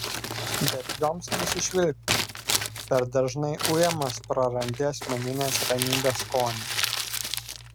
bet joms nusišvilpti per dažnai ujamas prarandi asmeninės ramybės skonį